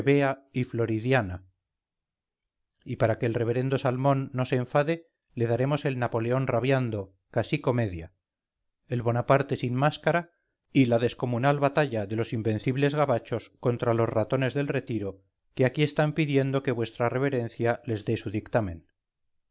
y floridiana y para que el reverendo salmón no se enfade le daremos el napoleón rabiando casi comedia el bonaparte sin máscara y la descomunal batalla de los invencibles gabachos contra los ratones del retiro que aquí están pidiendo que vuestra reverencia les de su dictamen